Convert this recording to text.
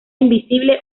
invisible